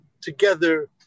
together